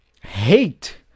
hate